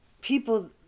people